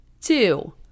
two